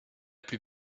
plus